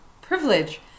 privilege